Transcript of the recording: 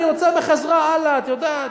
אני רוצה ממך עזרה הלאה, את יודעת.